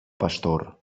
pastor